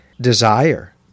desire